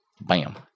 bam